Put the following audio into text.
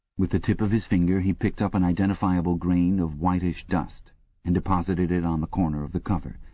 with the tip of his finger he picked up an identifiable grain of whitish dust and deposited it on the corner of the cover,